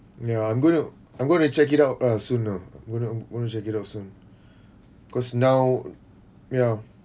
ya I'm going to I'm going to check it out ah sooner when I when I get out soon because now ya